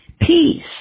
peace